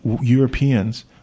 Europeans